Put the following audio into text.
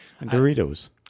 Doritos